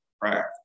craft